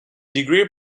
degree